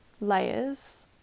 layers